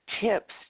tips